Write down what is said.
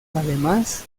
además